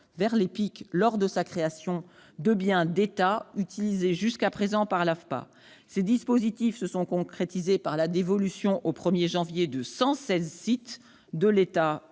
vers l'EPIC, lors de sa création, de biens de l'État utilisés, jusqu'à présent par l'AFPA. Ces dispositifs se sont concrétisés par la dévolution, au 1 janvier 2017, de 116 sites de l'État